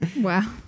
wow